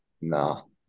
No